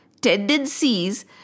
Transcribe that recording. tendencies